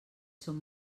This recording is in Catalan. són